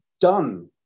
done